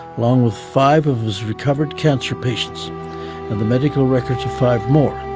along with five of his recovered cancer patients and the medical records of five more.